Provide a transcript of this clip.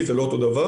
זה לא אותו הדבר.